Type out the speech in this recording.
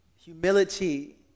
humility